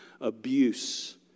abuse